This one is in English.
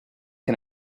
can